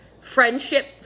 friendship